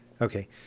Okay